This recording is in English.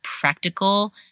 practical